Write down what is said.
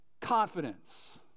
confidence